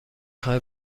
خوای